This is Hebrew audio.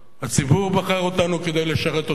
הציבור בחר אותנו כדי לשרת אותו,